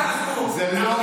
זה לא קשור,